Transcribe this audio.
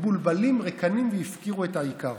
מבולבלים, ריקניים והפקירו את העיקר.